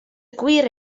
gwir